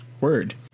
Word